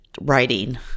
writing